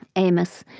amos,